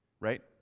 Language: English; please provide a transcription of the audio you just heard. Right